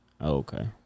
Okay